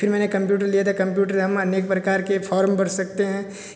फिर मैंने कंप्यूटर लिया था कंप्यूटर हम अनेक प्रकार के फ़ॉर्म भर सकते हैं